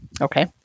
Okay